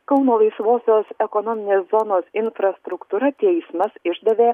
kauno laisvosios ekonominės zonos infrastruktūra teismas išdavė